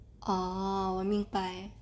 oh 明白